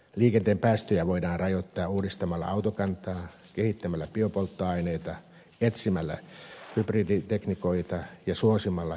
liikenteen päästöjä voidaan rajoittaa uudistamalla autokantaa kehittämällä biopolttoaineita etsimällä hyb riditekniikoita ja suosimalla joukkoliikennevälineitä